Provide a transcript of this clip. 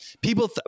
people –